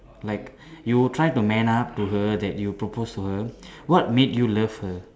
like you would try to man up to her that you propose to her what made you love her